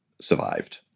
survived